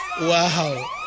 wow